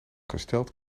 gesteld